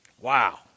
Wow